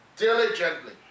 diligently